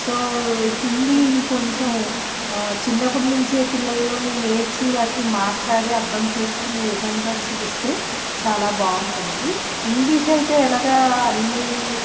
so Hindi ఇంకొంచెం చిన్నప్పటినుంచే పిల్లల్ను నేర్చి వాటిని మాట్లాడి అర్థం చేసుకునే విధంగా చేస్తే చాలా బాగుంటుంది ఇంగ్లీష్ అయితే ఎలాగా అన్నీ